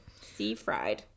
Seafried